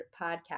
Podcast